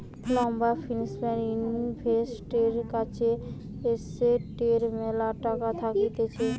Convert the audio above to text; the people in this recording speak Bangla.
লম্বা ফিন্যান্স ইনভেস্টরের কাছে এসেটের ম্যালা টাকা থাকতিছে